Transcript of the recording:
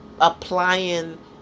applying